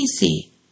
easy